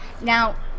Now